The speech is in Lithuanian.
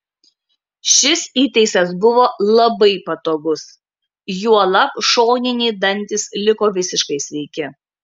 šis įtaisas buvo labai patogus juolab šoniniai dantys liko visiškai sveiki